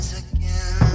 again